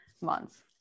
months